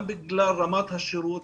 גם בגלל רמת השירות,